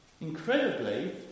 Incredibly